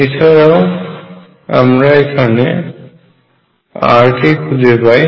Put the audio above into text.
এছাড়াও আমরা এখান থেকে r কে খুঁজে পাই